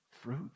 fruit